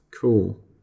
Cool